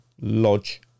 Lodge